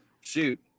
shoot